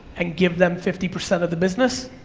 and give them fifty percent of the business?